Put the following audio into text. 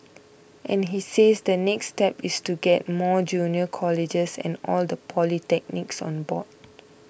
and he says the next step is to get more junior colleges and all the polytechnics on board